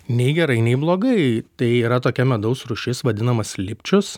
nei gerai nei blogai tai yra tokia medaus rūšis vadinamas lipčius